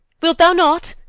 wilt thou not?